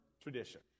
tradition